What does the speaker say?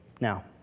Now